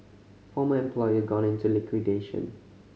former employer gone into liquidation